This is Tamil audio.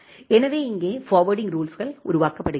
எனவே இங்கே ஃபார்வேர்ட்டிங் ரூல்ஸுகள் உருவாக்கப்படுகின்றன